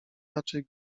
raczej